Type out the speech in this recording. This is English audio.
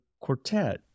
quartet